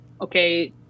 okay